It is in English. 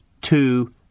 two